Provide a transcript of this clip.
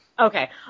Okay